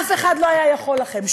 אף אחד לא היה יכול לכם,